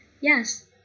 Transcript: yes